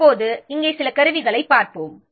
அவற்றை இங்கே பார்ப்போம்